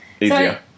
easier